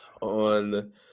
on